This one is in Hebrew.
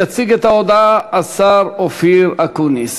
יציג את ההודעה השר אופיר אקוניס.